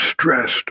stressed